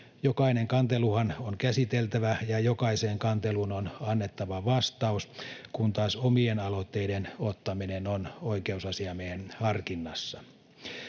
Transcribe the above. Jokainen kanteluhan on käsiteltävä ja jokaiseen kanteluun on annettava vastaus, kun taas omien aloitteiden ottaminen on oikeusasiamiehen harkinnassa.